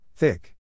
Thick